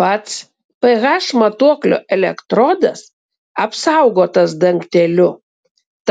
pats ph matuoklio elektrodas apsaugotas dangteliu